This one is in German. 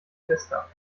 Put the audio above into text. fester